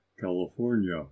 California